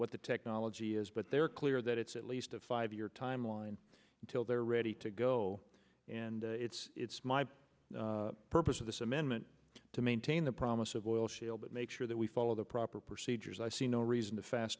what the technology is but they're clear that it's at least a five year timeline until they're ready to go and it's purpose of this amendment to maintain the promise of oil shale but make sure that we follow the proper procedures i see no reason to fast